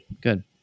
Good